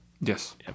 Yes